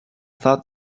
thought